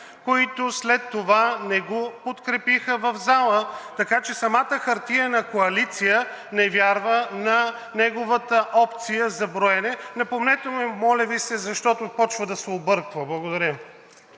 които след това не го подкрепиха в залата. Така че самата хартиена коалиция не вярва на неговата опция за броене. Напомнете му го, моля Ви, защото започва да се обърква. Благодаря